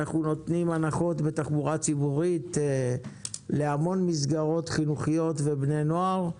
אנו נותנים הנחות בתחבורה ציבורית להמון מסגרות חינוכית ובני נוער,